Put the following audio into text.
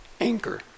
anchor